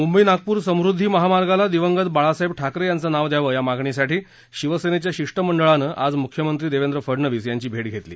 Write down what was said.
मुंबई नागपूर समृध्दी महामार्गाला दिवंगत बाळासाहेब ठाकरे याचं नाव द्यावं या मागणीसाठी शिवसेनेच्या शिष्टमंडळानं आज मुख्यमंत्री देवेंद्र फडनवीस यांची भेटी घेतली